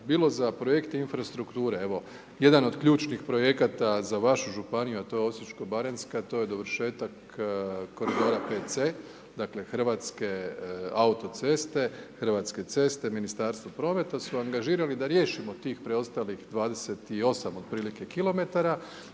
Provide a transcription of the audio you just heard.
bilo za projekte infrastrukture, jedan od ključnih projekata za vašu županiju a to je Osječko-baranjska, to je dovršetak koridora 5C, dakle Hrvatske autoceste, Hrvatske ceste, Ministarstvo prometa su angažirali da riješimo tih preostalih 28 otprilike km i da